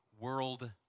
world